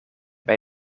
bij